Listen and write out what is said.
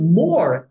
more